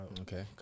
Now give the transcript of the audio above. Okay